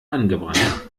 angebrannt